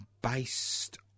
based